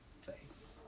faith